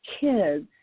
kids